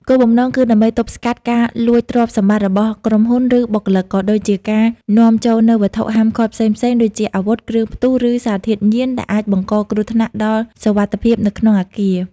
គោលបំណងគឺដើម្បីទប់ស្កាត់ការលួចទ្រព្យសម្បត្តិរបស់ក្រុមហ៊ុន ឬបុគ្គលិក ក៏ដូចជាការនាំចូលនូវវត្ថុហាមឃាត់ផ្សេងៗ ដូចជាអាវុធ គ្រឿងផ្ទុះ ឬសារធាតុញៀន ដែលអាចបង្កគ្រោះថ្នាក់ដល់សុវត្ថិភាពនៅក្នុងអគារ។